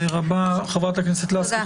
חברת הכנסת לסקי,